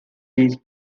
these